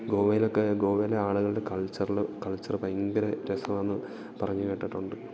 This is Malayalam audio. ഗോവെലൊക്കേ ഗോവയിലെ ആളുകളുടെ കൾച്ചറുകൾ കൾച്ചറ് ഭയങ്കര രസമാണ് എന്ന് പറഞ്ഞ് കേട്ടിട്ടുണ്ട്